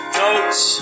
notes